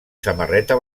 samarreta